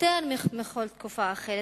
יותר מכל תקופה אחרת,